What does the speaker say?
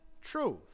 truth